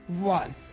one